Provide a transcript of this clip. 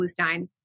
Bluestein